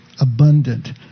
abundant